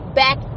back